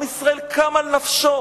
עם ישראל קם על נפשו.